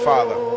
Father